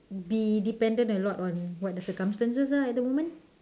be dependent a lot on what the circumstances are at the moment